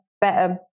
better